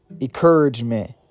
encouragement